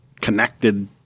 connected